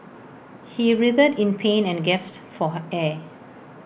he writhed in pain and gasped for her air